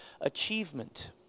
achievement